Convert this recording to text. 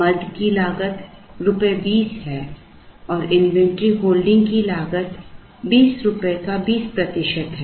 मद की लागत रुपये 20 है और इन्वेंट्री होल्डिंग की लागत 20 रुपये का 20 प्रतिशत है